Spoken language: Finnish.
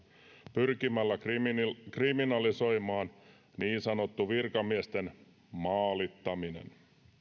pyrkimällä kriminalisoimaan niin sanottu virkamiesten maalittaminen